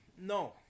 No